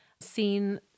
seen